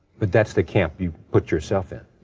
but that's the camp you put yourself in.